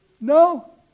No